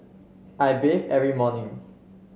I bathe every morning